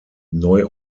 neu